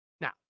Now